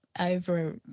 over